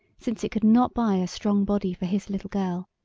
since it could not buy a strong body for his little girl,